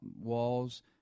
walls